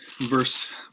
verse